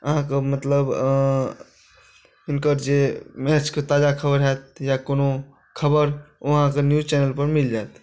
अहाँ कऽ मतलब हिनकर जे मैचके ताजा खबर होयत या कओनो खबर ओ अहाँ कऽ न्यूज चैनल पर मिल जायत